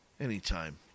Anytime